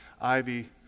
Ivy